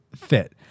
fit